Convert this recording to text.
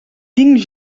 tinc